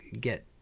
Get